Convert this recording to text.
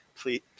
Please